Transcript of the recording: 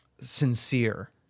sincere